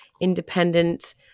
independent